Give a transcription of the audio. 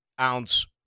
ounce